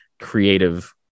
creative